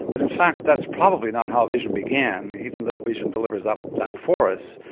but in fact that's probably not how vision began, even though vision delivers up that for us,